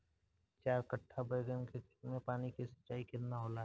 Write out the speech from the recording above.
चार कट्ठा बैंगन के खेत में पानी के सिंचाई केतना होला?